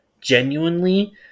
genuinely